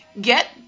get